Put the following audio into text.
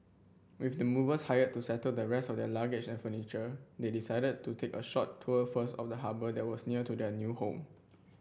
with the movers hired to settle the rest of their luggage and furniture they decided to take a short tour first of the harbour that was near to their new home